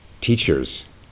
teachers